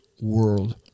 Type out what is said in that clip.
world